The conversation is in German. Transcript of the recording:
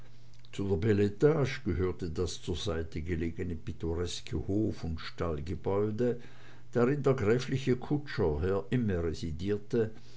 beletage gehörte das zur seite gelegene pittoreske hof und stallgebäude drin der gräfliche kutscher herr imme residierte